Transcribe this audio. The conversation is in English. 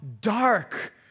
dark